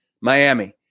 Miami